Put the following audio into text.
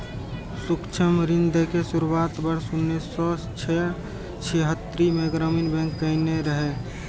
सूक्ष्म ऋण दै के शुरुआत वर्ष उन्नैस सय छिहत्तरि मे ग्रामीण बैंक कयने रहै